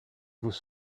vous